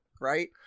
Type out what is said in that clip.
right